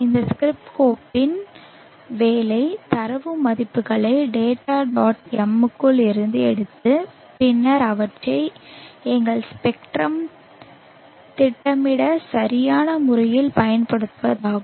இந்த ஸ்கிரிப்ட் கோப்பின் வேலை தரவு மதிப்புகளை data dot m க்குள் இருந்து எடுத்து பின்னர் அவற்றை எங்கள் ஸ்பெக்ட்ரம் திட்டமிட சரியான முறையில் பயன்படுத்துவதாகும்